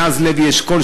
מאז לוי אשכול,